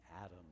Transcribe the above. Adam